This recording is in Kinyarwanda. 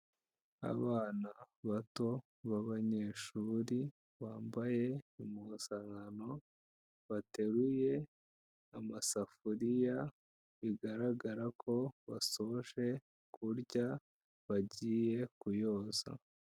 Abana bato b'abanyeshuri bambaye impuzankano bateruye amasafuriya, bigaragara ko basoje kurya bagiye kuyoza.